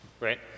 right